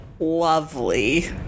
Lovely